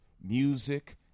music